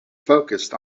focused